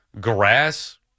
Grass